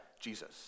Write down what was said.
Jesus